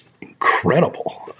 incredible